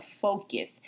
focus